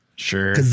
Sure